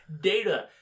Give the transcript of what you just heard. Data